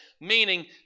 meaning